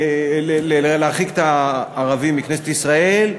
אלא להרחיק את הערבים מכנסת ישראל,